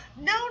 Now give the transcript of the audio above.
No